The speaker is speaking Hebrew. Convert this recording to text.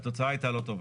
והתוצאה הייתה לא טובה.